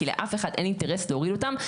כי לאף אחד אין אינטרס להוריד אותם.